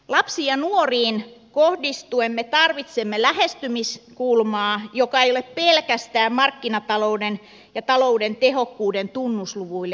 lapsiin ja nuoriin kohdistuen me tarvitsemme lähestymiskulmaa joka ei ole pelkästään markkinatalouden ja talouden tehokkuuden tunnusluvuille perustuva